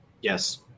Yes